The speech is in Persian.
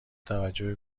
توجه